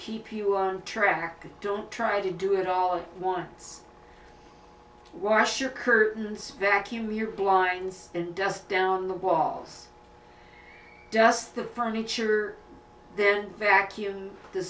keep you on track don't try to do it all at once wash your curtains vacuum your blinds and dust down the walls dust the furniture then vacuum the